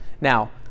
Now